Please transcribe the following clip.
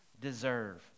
deserve